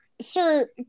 sir